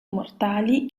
mortali